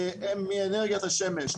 הם מאנרגיית השמש.